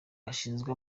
gashinzwe